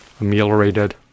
ameliorated